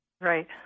Right